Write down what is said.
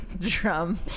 drum